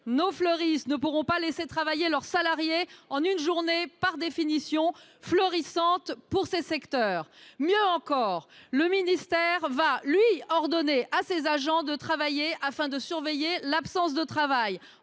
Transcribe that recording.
nos fleuristes ne pourront pas laisser travailler leurs salariés en une journée par définition fleurissante pour ces secteurs. Mieux encore, le ministère va lui ordonner à ses agents de travailler afin de surveiller l'absence de travail.